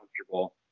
comfortable